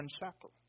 unshackle